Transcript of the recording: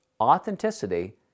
authenticity